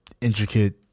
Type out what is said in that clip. intricate